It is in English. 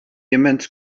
immense